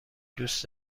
دوس